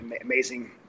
amazing